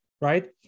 right